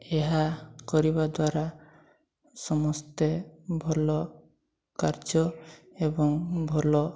ଏହା କରିବା ଦ୍ୱାରା ସମସ୍ତେ ଭଲ କାର୍ଯ୍ୟ ଏବଂ ଭଲ